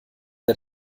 der